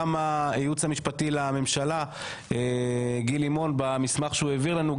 גם הייעוץ המשפטי לממשלה גיל לימון במסמך שהוא העביר לנו,